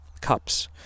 cups